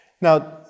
Now